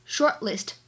Shortlist